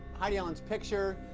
heidi allen's picture,